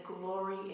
glory